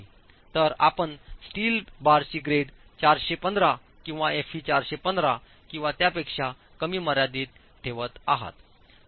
तर आपण स्टीलची बारची ग्रेड 415 किंवा Fe 415 किंवा त्यापेक्षा कमी मर्यादित ठेवत आहात